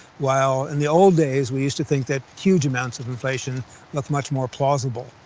while, in the old days, we used to think that huge amounts of inflation looked much more plausible.